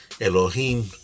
Elohim